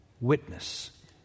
witness